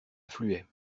affluait